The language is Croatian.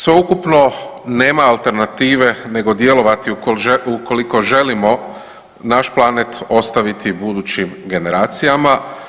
Sveukupno nema alternative nego djelovati ukoliko želimo naš planet ostaviti budućim generacijama.